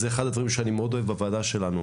זהו אחד הדברים שאני מאוד אוהב בוועדה שלנו.